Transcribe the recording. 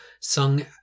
sung